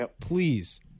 Please